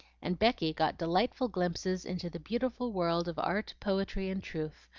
and becky got delightful glimpses into the beautiful world of art, poetry, and truth,